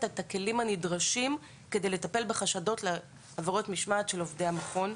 את הכלים הנדרשים כדי לטפל בחשדות להפרות המשמעת של עובדי המכון.